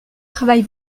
travail